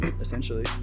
essentially